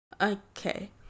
Okay